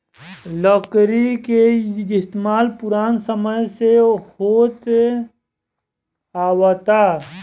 लकड़ी के इस्तमाल पुरान समय से होत आवता